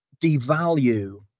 devalue